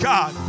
God